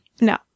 No